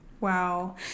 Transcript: wow